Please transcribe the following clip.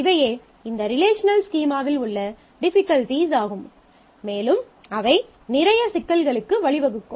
இவையே இந்த ரிலேஷனல் ஸ்கீமாகளில் உள்ள டிபிகல்ட்டிஸ் ஆகும் மேலும் அவை நிறைய சிக்கல்களுக்கு வழிவகுக்கும்